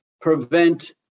prevent